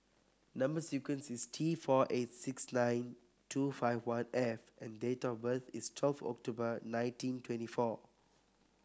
number sequence is T four eight six nine two five one F and date of birth is twelfth October nineteen twenty four